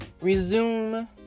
resume